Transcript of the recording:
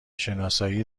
شناسایی